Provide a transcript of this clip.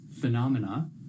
phenomena